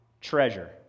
treasure